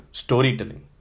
storytelling